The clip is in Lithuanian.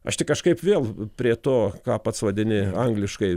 aš tik kažkaip vėl prie to ką pats vadini angliškai